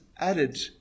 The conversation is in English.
added